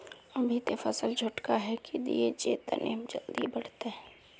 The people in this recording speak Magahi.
अभी ते फसल छोटका है की दिये जे तने जल्दी बढ़ते?